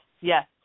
yes